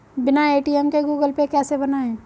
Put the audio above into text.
बिना ए.टी.एम के Google Pay कैसे बनायें?